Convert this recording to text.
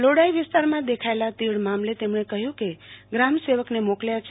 લોડાઈવિસ્તારમાંદેખાયેલા તીડ મામલે તેમણે કહ્યું કે ગ્રામસેવકને મોકલ્યા છે